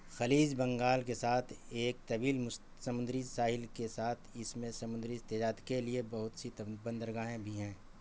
خلیج بنگال کے ساتھ ایک طویل سمندری ساحل کے ساتھ اس میں سمندری تجارت کے لیے بہت سی بندرگاہیں بھی ہیں